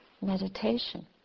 meditation